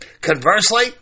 Conversely